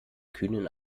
kühnen